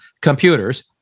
computers